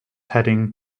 heading